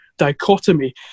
Dichotomy